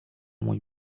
mój